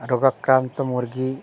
রোগাক্রান্ত মুরগি